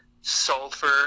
sulfur